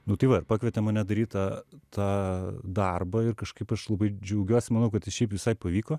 nu tai va ir pakvietė mane daryt tą tą darbą ir kažkaip aš labai džiaugiuosi manau kad jis šiaip visai pavyko